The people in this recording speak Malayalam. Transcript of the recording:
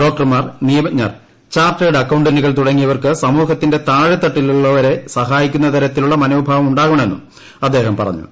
ഡോക്ടർമാർ നിയമജ്ഞർ ചാർട്ടേഡ് അക്കൌണ്ടന്റുകൾ തുടങ്ങിയവർക്ക് സമൂഹത്തിന്റെ താഴെത്തട്ടിലുള്ളവരെ സഹായിക്കുന്ന തരത്തിലുള്ള മനോഭാവമുണ്ടാകണമെന്നും അദ്ദേഹം പറഞ്ഞു